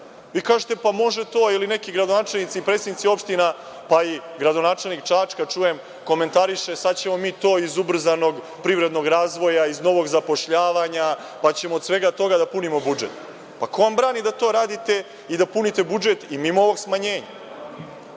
Vi kažete – pa može to. Ili neki gradonačelnici i predsednici opština, pa i gradonačelnik Čačka, čujem, komentariše – sada ćemo mi to iz ubrzanog privrednog razvoja, iz novog zapošljavanja, pa ćemo od svega toga da punimo budžet. Pa ko vam brani da to radite i da punite budžet i mimo ovog smanjenja? Znači,